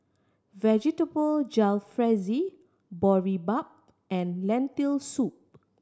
Vegetable Jalfrezi Boribap and Lentil Soup